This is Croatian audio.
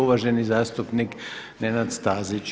Uvaženi zastupnik Nenad Stazić.